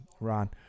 Ron